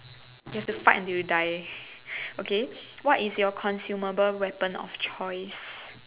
you have to fight until you die okay what is your consumable weapon of choice